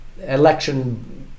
election